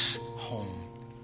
home